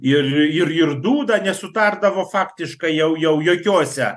ir ir ir dūda nesutardavo faktiškai jau jau jokiose